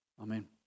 Amen